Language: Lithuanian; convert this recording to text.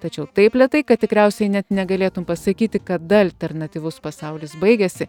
tačiau taip lėtai kad tikriausiai net negalėtum pasakyti kada alternatyvus pasaulis baigiasi